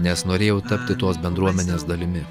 nes norėjau tapti tos bendruomenės dalimi